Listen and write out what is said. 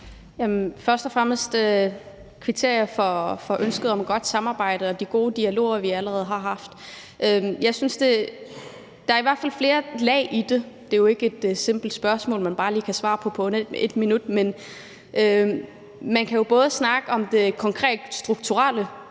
Først og fremmest kvitterer jeg for ønsket om et godt samarbejde og de gode dialoger, vi allerede har haft. Jeg synes, at der i hvert fald er flere lag i det; det er jo ikke et simpelt spørgsmål, man bare lige kan besvare på et minut. Man kan jo både snakke om det konkret strukturelle,